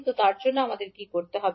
তো তার জন্য আমাদের কী করতে হবে